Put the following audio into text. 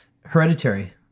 Hereditary